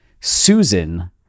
Susan